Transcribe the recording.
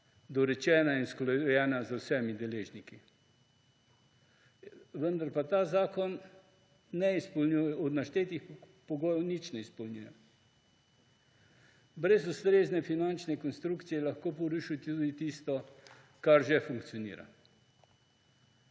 dorečena in usklajena z vsemi deležniki. Vendar pa ta zakon od naštetih pogojev ničesar ne izpolnjuje. Brez ustrezne finančne konstrukcije lahko poruši tudi tisto, kar že funkcionira.